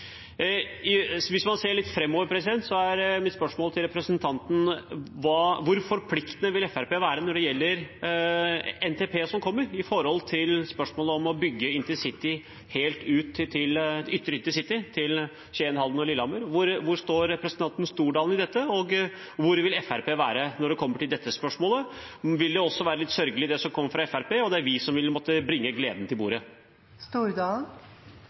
Hvis man ser litt framover, er mitt spørsmål til representanten: Hvor forpliktende vil Fremskrittspartiet være når det gjelder NTP-en som kommer, og spørsmålet om å bygge ytre intercity helt ut til Skien, Halden og Lillehammer? Hvor står representanten Stordalen i dette, og hvor vil Fremskrittspartiet være når det kommer til det spørsmålet? Vil det også være litt sørgelig, det som da kommer fra Fremskrittspartiet, og at det er vi som vil måtte bringe gleden til